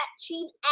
cheese